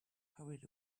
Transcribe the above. hurried